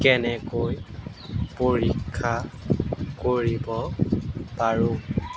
কেনেকৈ পৰীক্ষা কৰিব পাৰোঁ